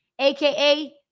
aka